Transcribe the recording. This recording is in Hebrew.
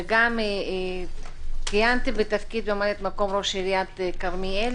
וגם כיהנתי בתפקיד ממלאת-מקום ראש עיריית כרמיאל,